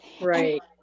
right